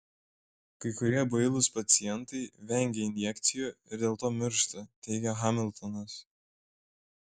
kai kurie bailūs pacientai vengia injekcijų ir dėl to miršta teigia hamiltonas